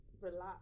relax